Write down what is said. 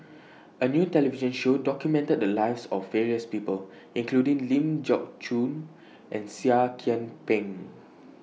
A New television Show documented The Lives of various People including Ling Geok Choon and Seah Kian Peng